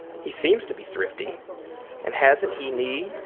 he seems to be thrifty and hasn't he need,